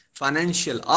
financial